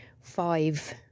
five